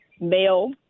male